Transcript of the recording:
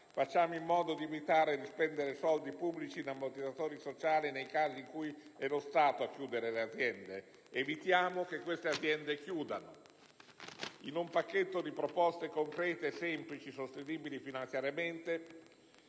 Facciamo in modo di evitare di spendere soldi pubblici in ammortizzatori sociali nei casi in cui è lo Stato a chiudere le aziende; e comunque evitiamo che queste aziende chiudano. Il nostro è un pacchetto di proposte concrete, semplici e sostenibili finanziariamente.